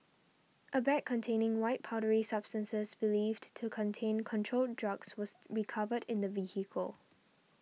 a bag containing white powdery substances believed to to contain controlled drugs was recovered in the vehicle